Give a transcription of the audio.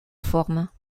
formes